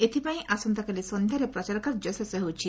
ଏଥିପାଇଁ ଆସନ୍ତାକାଲି ସନ୍ଧ୍ୟାରେ ପ୍ରଚାର କାର୍ଯ୍ୟ ଶେଷ ହେଉଛି